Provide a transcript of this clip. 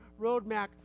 roadmap